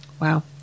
Wow